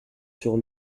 sur